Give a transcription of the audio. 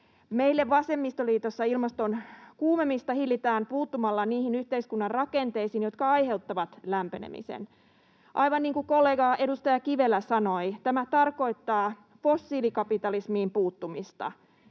Meillä vasemmistoliitossa ilmaston kuumenemista hillitään puuttumalla niihin yhteiskunnan rakenteisiin, jotka aiheuttavat lämpenemisen. Aivan niin kuin kollega, edustaja Kivelä sanoi, tämä tarkoittaa fossiilikapitalismiin puuttumista.